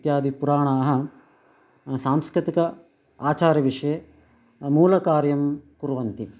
इत्यादि पुराणानि सांस्कृतिक आचारविषये मूलकार्यं कुर्वन्ति